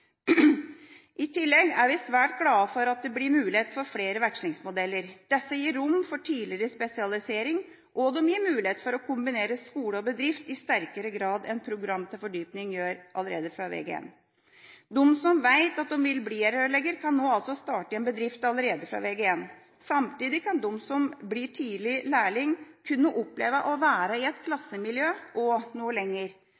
I tillegg er vi svært glade for at det blir mulighet for flere vekslingsmodeller. Disse gir rom for tidligere spesialisering, og de gir mulighet for å kombinere skole og bedrift i sterkere grad enn program til fordypning gjør, allerede fra Vg1. De som vet at de vil bli rørlegger, kan nå altså starte i en bedrift allerede fra Vg1. Samtidig kan de som blir tidlig lærling, få oppleve å være i et